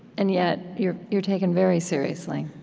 and yet, you're you're taken very seriously.